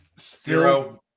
zero